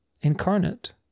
incarnate